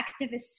activists